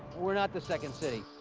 we're not the second city.